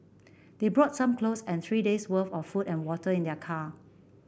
they brought some clothes and three days' worth of food and water in their car